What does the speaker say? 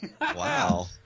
Wow